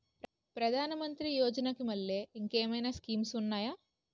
ప్రధాన మంత్రి యోజన కి మల్లె ఇంకేమైనా స్కీమ్స్ ఉన్నాయా?